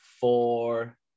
four